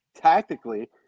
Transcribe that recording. tactically